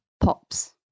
pops